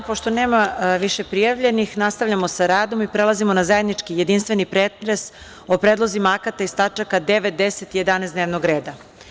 Pošto nema više prijavljenih, nastavljamo sa radom i prelazimo na zajednički jedinstveni pretres o predlozima akata iz tačaka 9, 10. i 11. dnevnog reda.